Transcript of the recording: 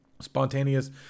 spontaneous